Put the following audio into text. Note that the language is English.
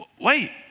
Wait